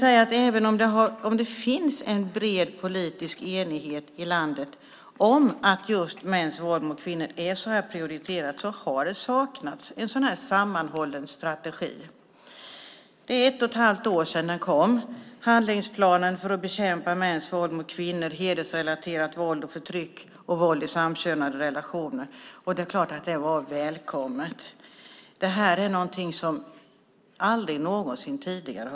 Även om det finns en bred politisk enighet i landet om att just mäns våld mot kvinnor är prioriterat har det saknats en sammanhållen strategi. Det är ett och ett halvt år sedan den kom, handlingsplanen för att bekämpa mäns våld mot kvinnor, hedersrelaterat våld och förtryck och våld i samkönade relationer. Det är klart att det var välkommet. Detta är något som aldrig har funnits tidigare.